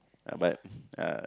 uh but uh